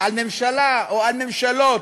על ממשלה או על ממשלות